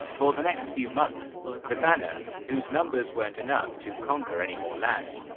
for the next few months muthanna, whose numbers weren't enough to conquer any more lands,